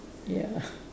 ya